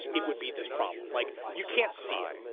it would be this problem. like, you can't see it,